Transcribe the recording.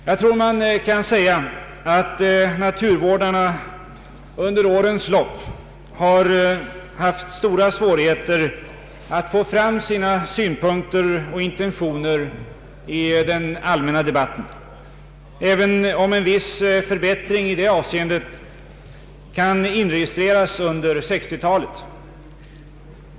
Jag tror att man kan säga att naturvårdarna under årens lopp har haft stora svårigheter att få fram sina synpunkter och intentioner i den allmänna debatten, även om en viss förbättring i det avseendet kan inregistreras under 1960-talet.